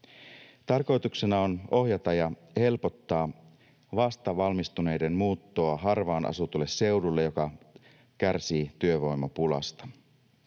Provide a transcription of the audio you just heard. Tarkoituksena on ohjata ja helpottaa vastavalmistuneiden muuttoa harvaan asutulle seudulle, joka kärsii työvoimapulasta.